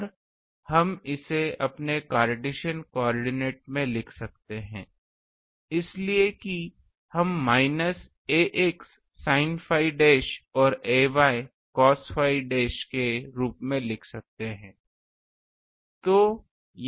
और हम इसे अपने कार्टेशियन कोआर्डिनेट में लिख सकते हैं इसलिए कि हम minus ax sin phi dash और ay cos phi डैश के रूप में लिख सकते हैं